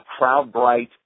CrowdBright